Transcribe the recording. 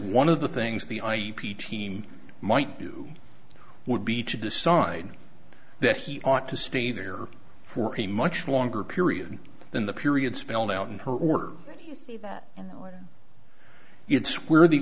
one of the things the ip team might do would be to decide that he ought to stay there for a much longer period than the period spelled out in her order it's where the